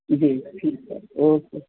जी ठीकु आहे ओके